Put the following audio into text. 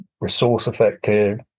resource-effective